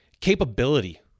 capability